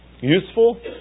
Useful